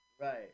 Right